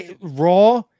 Raw